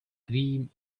cream